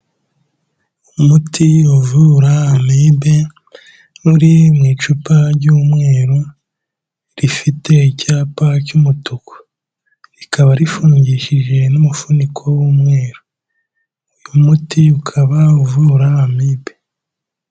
Umuti uvura Amibe uri mu icupa ry'umweru, rifite icyapa cy'umutuku. Rikaba rifungishije n'umufuniko w'umweru. Uyu muti ukaba uvura Amibe.